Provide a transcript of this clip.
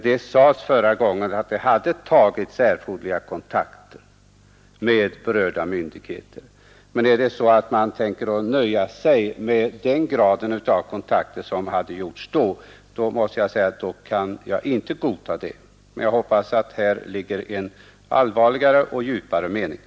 Det sades förra gången att det hade tagits erforderliga kontakter med berörda myndigheter, men är det så att man tänker nöja sig med den grad av kontakter som togs då, måste jag säga att jag inte kan godta detta besked. Jag hoppas att det häri ligger en allvarligare och djupare mening.